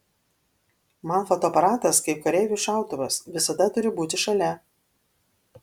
man fotoaparatas kaip kareiviui šautuvas visada turi būti šalia